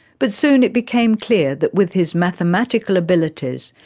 but soon it became clear that with his mathematical abilities,